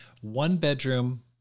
one-bedroom